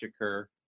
occur